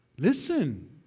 Listen